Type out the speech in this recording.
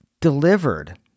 delivered